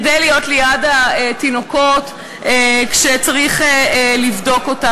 להיות ליד התינוקות כשצריך לבדוק אותם.